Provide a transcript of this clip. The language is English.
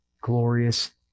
glorious